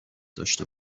داشته